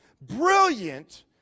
brilliant